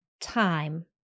time